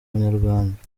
abanyarwanda